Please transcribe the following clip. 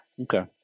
Okay